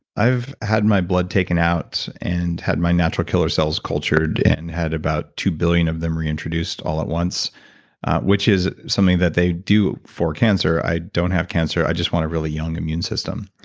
i've had my blood taken out and had my natural killer cells cultured and had about two billion of them reintroduced all at once which is something that they do for cancer. i don't have cancer. i just want a really young immune system.